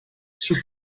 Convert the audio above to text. sous